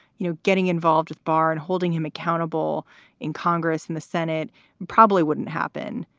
you know, getting involved with barr and holding him accountable in congress and the senate probably wouldn't happen.